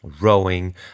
rowing